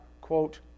quote